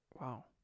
wow